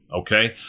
Okay